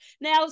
Now